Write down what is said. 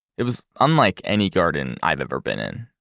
it was unlike any garden i've ever been in,